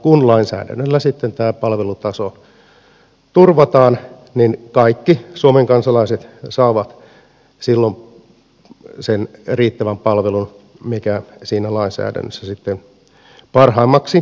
kun lainsäädännöllä sitten tämä palvelutaso turvataan niin kaikki suomen kansalaiset saavat silloin sen riittävän palvelun mikä siinä lainsäädännössä sitten parhaimmaksi katsotaan